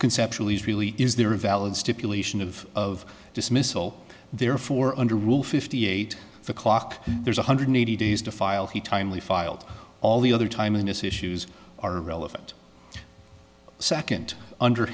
conceptualise really is there a valid stipulation of of dismissal therefore under rule fifty eight o'clock there's one hundred eighty days to file he timely filed all the other time in this issues are relevant second under